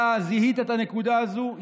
אתה זיהית את הנקודה הזאת,